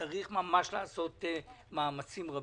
צריך ממש לעשות מאמצים רבים.